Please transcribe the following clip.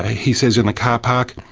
he says in a car park,